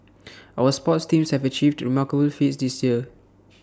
our sports teams have achieved remarkable feats this year